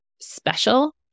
special